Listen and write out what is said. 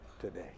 today